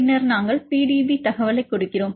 பின்னர் நாங்கள் PDB தகவலைக் கொடுக்கிறோம்